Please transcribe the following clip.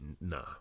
Nah